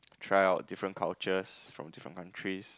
try out different cultures from different countries